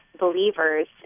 believers